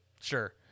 sure